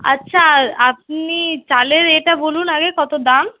আচ্ছা আপনি চালের রেটটা বলুন আগে কত দাম